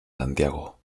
santiago